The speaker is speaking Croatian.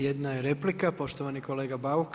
Jedna je replika, poštovani kolega Bauk.